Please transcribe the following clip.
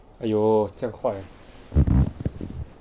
!aiyo! 这样坏